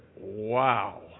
wow